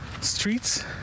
streets